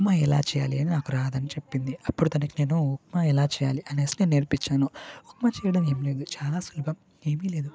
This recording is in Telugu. ఉప్మా ఎలా చేయాలి నాకు రాదని చెప్పింది అప్పుడు తనకి నేను ఉప్మా ఎలా చేయాలి అని నేర్పించాను ఉప్మా చేయడం ఏమిలేదు చాలా సులభం ఏమీ లేదు